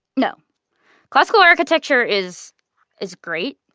no classical architecture is is great.